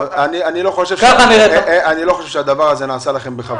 אני לא חושב שהדבר הזה נעשה לכם בכוונה.